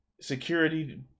security